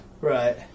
Right